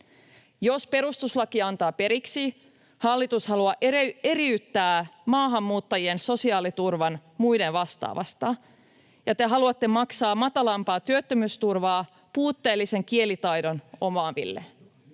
Jos perustuslaki antaa periksi, hallitus haluaa eriyttää maahanmuuttajien sosiaaliturvan muiden vastaavasta, ja te haluatte maksaa matalampaa työttömyysturvaa puutteellisen kielitaidon omaaville.